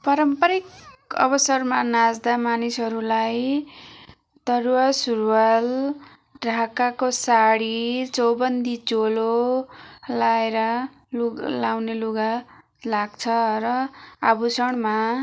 पारम्परिक अवसरमा नाच्दा मानिसहरूलाई दौरा सुरुवाल ढाकाको साडी चौबन्दी चोलो लगाएर लुगा लाउने लुगा लाग्छ र आभुषणमा